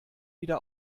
wieder